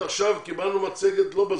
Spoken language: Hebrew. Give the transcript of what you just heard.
עד עכשיו קיבלנו מצגת לא בזום.